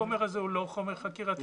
-- שהחומר הזה הוא לא חוקר חקירתי.